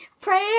Prayer